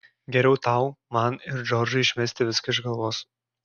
geriau tau man ir džordžui išmesti viską iš galvos